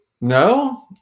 no